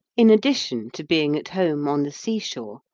in addition to being at home on the seashore,